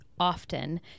often